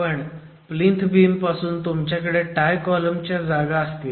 पण plinth beam पासून तुमच्याकडे टाय कॉलम च्या जागा असतील